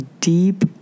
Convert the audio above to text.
deep